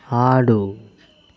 ఆడు